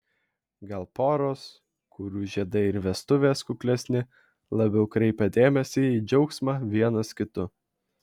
gal poros kurių žiedai ir vestuvės kuklesni labiau kreipia dėmesį į džiaugsmą vienas kitu